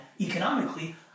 economically